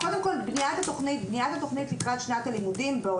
בניית התכנית נעשית לפני תחילת שנת הלימודים העוקבת,